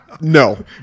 no